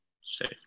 Safe